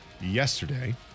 yesterday